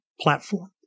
platform